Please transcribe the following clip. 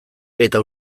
eta